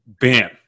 bam